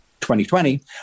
2020